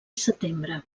setembre